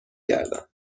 گردم